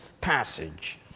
passage